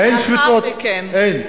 אין שביתות, לאחר מכן.